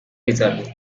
reserve